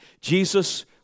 Jesus